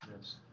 Yes